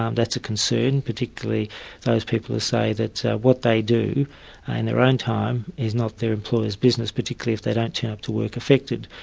um that's a concern particularly those people who say that what they do in their own time is not their employer's business, particularly if they don't turn up to work affected.